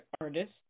artist